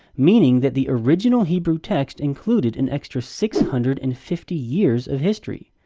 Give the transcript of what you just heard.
meaning, that the original hebrew text included an extra six hundred and fifty years of history.